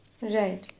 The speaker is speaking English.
Right